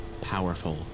powerful